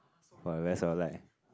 for the rest of like